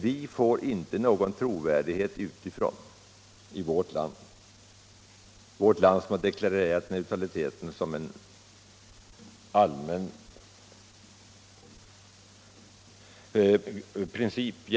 Vårt land har jämte Schweiz och ett par andra länder deklarerat neutraliteten såsom en princip.